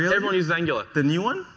yeah everyone uses angular. the new one?